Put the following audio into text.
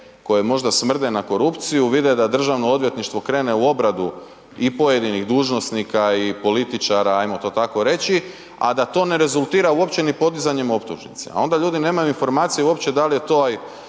koje možda smrde na korupciju, vide da državno odvjetništvo krene u obradu i pojedinih dužnosnika i političara ajmo to tako reći, a da to ne rezultira uopće ni podizanjem optužnice, a onda ljudi nemaju informacije uopće da li je taj